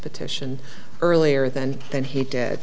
petition earlier than that he did